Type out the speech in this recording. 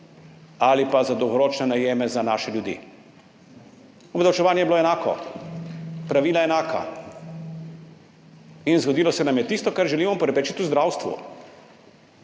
ali pa za dolgoročne najeme za naše ljudi. Obdavčevanje je bilo enako, pravila enaka in zgodilo se nam je tisto, kar želimo preprečiti v zdravstvu.